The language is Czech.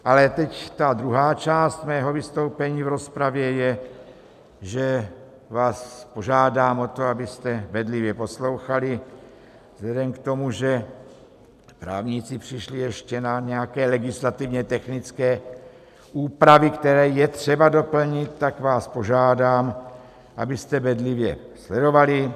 Ale teď druhá část mého vystoupení v rozpravě je, že vás požádám o to, abyste bedlivě poslouchali, vzhledem k tomu, že právníci přišli ještě na nějaké legislativnětechnické úpravy, které je třeba doplnit, tak vás požádám, abyste bedlivě sledovali.